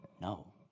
No